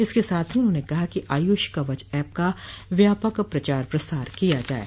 इसके साथ ही उन्होंने कहा कि आयुष कवच ऐप का व्यापक प्रचार प्रसार किया जाये